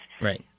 Right